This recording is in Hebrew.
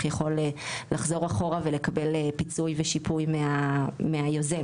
יכול לחזור אחורה ולקבל פיצוי ושיפוי מהיוזם.